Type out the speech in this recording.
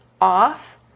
off